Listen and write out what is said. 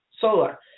solar